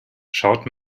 schaut